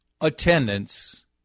attendance